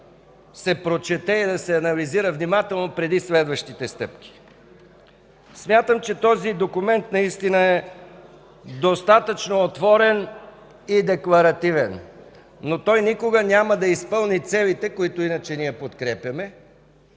се прочете и анализира внимателно преди следващите стъпки. Смятам, че този документ наистина е достатъчно отворен и декларативен, но никога няма да изпълни целите, които иначе подкрепяме,